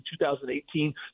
2018